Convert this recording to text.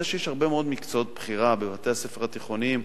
זה שיש הרבה מאוד מקצועות בחירה בבתי-הספר התיכוניים